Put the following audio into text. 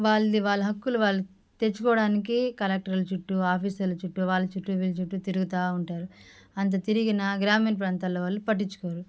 వాళ్ళది వాళ్ళ హక్కులు వాళ్లకి తెచ్చుకోవడానికి కలెక్టర్ల చుట్టు ఆఫీసుల చుట్టు వాళ్ళ చుట్టు వీళ్ళ చుట్టు తిరుగుతు ఉంటారు అంత తిరిగిన గ్రామీణ ప్రాంతం వాళ్ళు పట్టించుకోరు